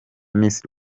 miss